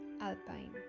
alpine